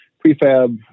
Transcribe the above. Prefab